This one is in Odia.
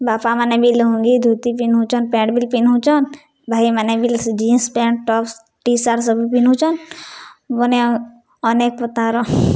ବାପାମାନେ ବି ଲୁଙ୍ଗି ଧୁତି ପିନ୍ଧୁଚନ୍ ପ୍ୟାଣ୍ଟ ବି ପିନ୍ଧୁଚନ୍ ଭାଇମାନେ ବି ଜିନ୍ସ ପ୍ୟାଣ୍ଟ୍ ଟପ୍ ଟିସାର୍ଟ୍ ସବୁ ପିନ୍ଧୁଚନ୍ ବନେ ଅନେକ୍ ପ୍ରକାର୍ର